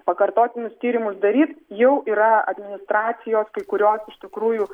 pakartotinius tyrimus daryt jau yra administracijos kai kurios iš tikrųjų